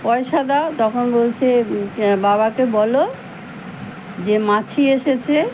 পয়সা দাও তখন বলছে বাবাকে বলো যে মাছি এসেছে